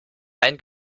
ein